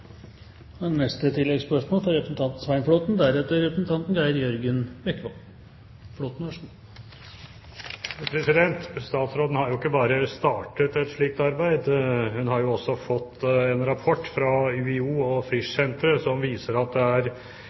Statsråden har ikke bare startet et slikt arbeid. Hun har jo også fått en rapport fra UiO og Frischsenteret, som viser at det er